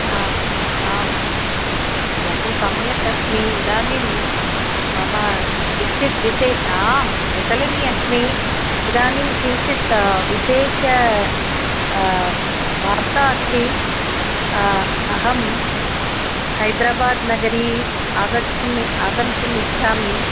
हा आं बहु सम्यक् अस्मि इदानीं मम किञ्चित् विशेषः आं कुशलिनी अस्मि इदानीं किञ्चित् विशेष वार्ता अस्ति अहं हैद्राबाद् नगरीम् अगच्छुम् आगन्तुम् इच्छामि